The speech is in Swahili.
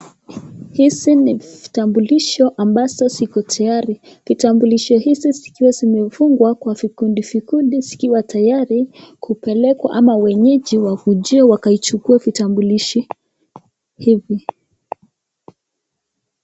Hizi ni vitambulisho ambazo ziko tayari vitambulisho hivi zikiwa zimefungwa kwa vikundi vikundi zikiwa tayari kupelekwa ama wenyeji wakuje wakaichukue kitambulisho hivi.